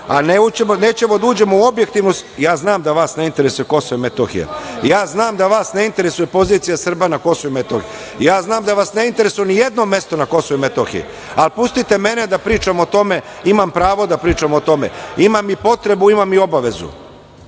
Jovanović: A zakletva?)Ja znam da vas ne interesuje Kosovo i Metohija. Ja znam da vas ne interesuje pozicija Srba na Kosovu i Metohiji. Znam da vas ne interesuje nijedno mesto na Kosovu i Metohiji, ali pustite mene da pričam o tome, imam pravo da pričam o tome, imam i potrebu, imam i obavezu.